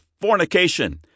fornication